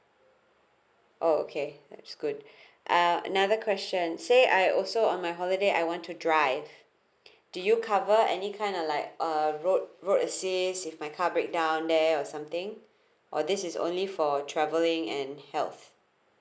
oh okay that's good ah another question say I also on my holiday I want to drive do you cover any kind of like uh road road assists if my car breakdown there or something or this is only for travelling and health